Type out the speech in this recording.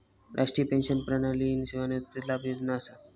राष्ट्रीय पेंशन प्रणाली सेवानिवृत्ती लाभ योजना असा